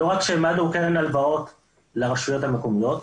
לא רק שהעמדנו קרן הלוואות לרשויות המקומיות.